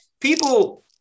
People